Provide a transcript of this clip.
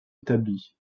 établi